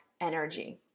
energy